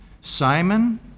Simon